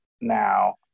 now